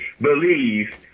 believe